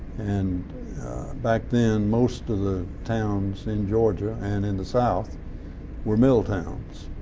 and back then most of the towns in georgia and in the south were mill towns,